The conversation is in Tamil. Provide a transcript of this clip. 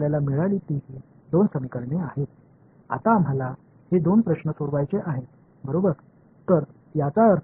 இப்போது இந்த இரண்டு சமன்பாடுகளையும் தீர்க்க விரும்புகிறோம்